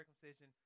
circumcision